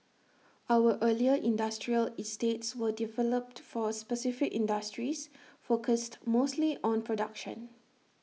our earlier industrial estates were developed for specific industries focused mostly on production